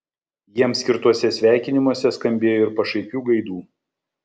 jiems skirtuose sveikinimuose skambėjo ir pašaipių gaidų